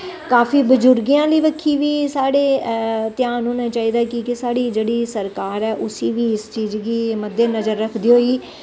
काफी बजुर्गे आह्ली बक्खी बी साढ़े ध्यान होना चाहिदा कि के साढ़ी जेह्ड़ी सरकार ऐ उसी बी इस चीज गी मद्देनजर रखदे होई